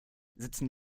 sitzen